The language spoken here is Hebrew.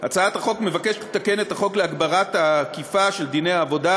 הצעת החוק מבקשת לתקן את החוק להגברת האכיפה של דיני העבודה,